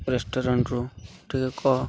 ରେଷ୍ଟୁରାଣ୍ଟରୁ ଟିକେ କହ